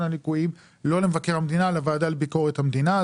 הליקויים לא למבקר המדינה אלא לוועדה לביקורת המדינה.